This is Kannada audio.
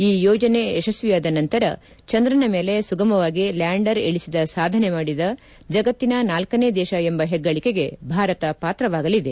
ಈ ಯೋಜನೆ ಯಶಸ್ಸಿಯಾದ ನಂತರ ಚಂದ್ರನ ಮೇಲೆ ಸುಗಮವಾಗಿ ಲ್ಯಾಂಡರ್ ಇಳಿಸಿದ ಸಾಧನೆ ಮಾಡಿದ ಜಗತ್ತಿನ ನಾಲ್ಕ ನೇ ದೇಶ ಎಂಬ ಹೆಗ್ಗಳಿಕೆಗೆ ಭಾರತ ಪಾತ್ರವಾಗಲಿದೆ